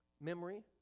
memory